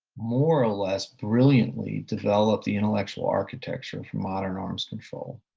more or less, brilliantly developed the intellectual architecture of modern arms control.